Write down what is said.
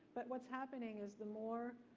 but what's happening is the more,